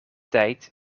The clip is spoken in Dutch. tijd